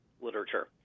literature